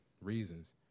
reasons